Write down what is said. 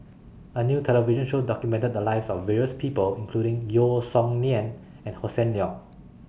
A New television Show documented The Lives of various People including Yeo Song Nian and Hossan Leong